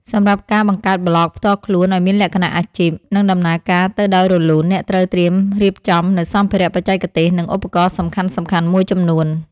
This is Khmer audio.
សម្រាប់ការបង្កើតប្លក់ផ្ទាល់ខ្លួនឱ្យមានលក្ខណៈអាជីព និងដំណើរការទៅដោយរលូន អ្នកត្រូវត្រៀមរៀបចំនូវសម្ភារៈបច្ចេកទេស និងឧបករណ៍សំខាន់ៗមួយចំនួន។